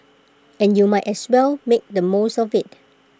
and you might as well make the most of IT